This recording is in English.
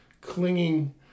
clinging